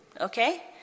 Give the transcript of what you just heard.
okay